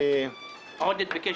עודד פורר.